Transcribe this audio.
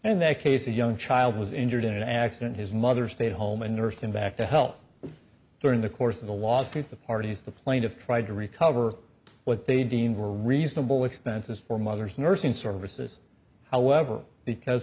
in that case a young child was injured in an accident his mother stayed home and nursed him back to health during the course of the lawsuit the parties the plaintiff tried to recover what they deemed were reasonable expenses for mother's nursing services however because